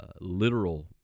literal